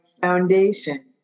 foundation